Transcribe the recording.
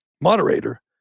moderator